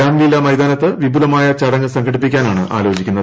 രാംലീല മൈതാനത്ത് വിപുലമായ ്ചടങ്ങ് സംഘടിപ്പിക്കാനാണ് ആലോചിക്കുന്നത്